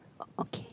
okay